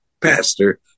pastor